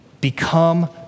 become